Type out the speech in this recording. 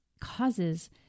causes